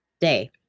day